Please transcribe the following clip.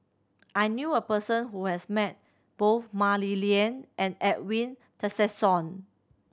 I knew a person who has met both Mah Li Lian and Edwin Tessensohn